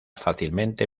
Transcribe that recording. fácilmente